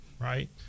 right